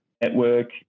network